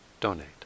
donate